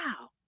wow